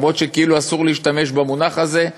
למרות שכאילו אסור להשתמש במונח הזה,